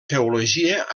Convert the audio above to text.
teologia